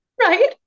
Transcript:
right